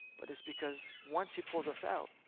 but it's because once he pulls us out,